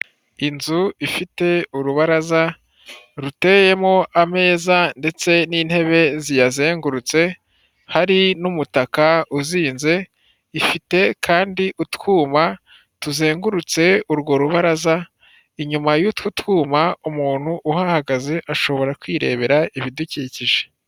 Inzu ifite urubaraza ruteyemo ameza ndetse n'intebe ziyazengurutse, hari n'umutaka uzinze, ifite kandi utwuma tuzengurutse urwo rubaraza, inyuma y'utwo twuma umuntu uhahagaze ashobora kwirebera ibidukikije.